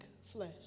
flesh